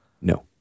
No